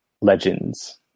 legends